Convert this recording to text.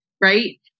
right